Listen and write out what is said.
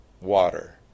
water